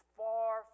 far